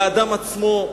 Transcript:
לאדם עצמו.